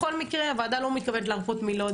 בכל מקרה, הוועדה לא מתכוונת להרפות מלוד.